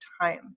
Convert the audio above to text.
time